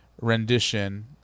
rendition